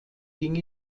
ging